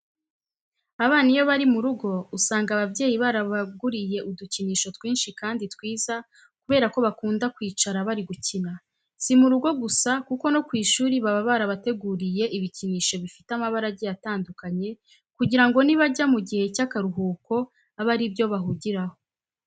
Abana iyo bari mu rugo usanga ababyeyi barabaguriye udukinisho twinshi kandi twiza kubera ko bakunda kwicara bari gukina. Si mu rugo gusa kuko no ku ishuri baba barabateguriye ibikinisho bifite amabara agiye atandukanye kugira ngo nibajya mu gihe cy'akaruhuko abe ari byo bahugiraho.